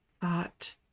thought